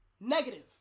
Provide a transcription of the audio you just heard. negative